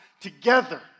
together